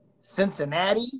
Cincinnati